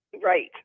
Right